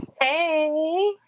Hey